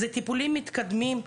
אלה טיפולים מתקדמים,